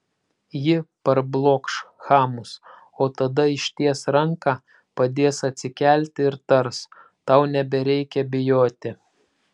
ji parblokš chamus o tada išties ranką padės atsikelti ir tars tau nebereikia bijoti